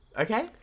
Okay